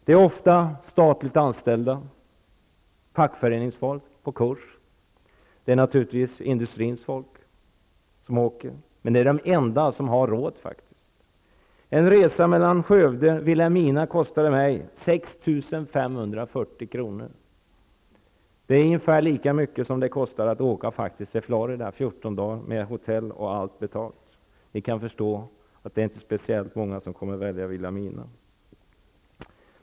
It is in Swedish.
Det är ofta statligt anställda och fackföreningsfolk på kurs och naturligtvis också industrins folk som flyger. Men det är de enda som faktiskt har råd. En resa mellan Skövde och Vilhelmina kostade mig 6 540 kr. Det är ungefär lika mycket som det kostar att åka till Florida 14 dagar med hotell och allt betalt. Man kan förstå att det inte är speciellt många som väljer Vilhelmina.